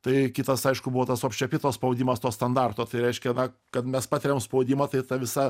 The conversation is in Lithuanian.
tai kitas aišku buvo tas obščepito spaudimas to standarto tai reiškia na mes patiriam spaudimą tai ta visa